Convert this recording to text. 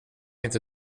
inte